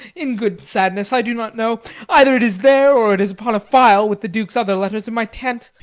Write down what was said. in good sadness, i do not know either it is there or it is upon a file with the duke's other letters in my tent.